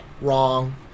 wrong